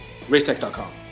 racetech.com